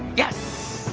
yes!